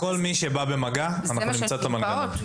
כל מי שבא במגע, אנחנו נמצא את המנגנון.